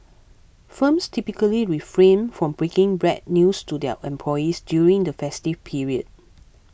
firms typically refrain from breaking bread news to their employees during the festive period